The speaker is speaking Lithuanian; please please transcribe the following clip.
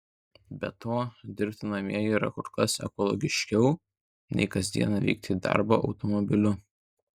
be to dirbti namie yra kur kas ekologiškiau nei kas dieną vykti į darbą automobiliu